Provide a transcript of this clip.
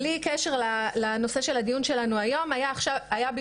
בלי קשר לנושא של הדיון שלנו היום היה בירושלים